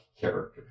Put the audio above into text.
character